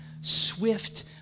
swift